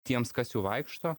tiems kas jau vaikšto